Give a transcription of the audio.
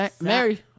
Mary